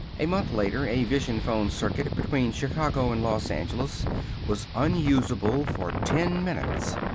a month later a vision-phone circuit between chicago and los angeles was unusable for ten minutes.